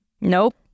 Nope